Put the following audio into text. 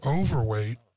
overweight